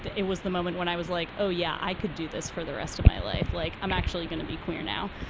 it was the moment when i was like, oh, yeah, i could do this for the rest of my life. like, i'm actually gonna be queer now.